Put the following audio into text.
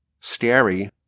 scary